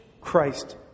Christ